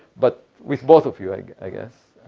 but with both of you, i guess.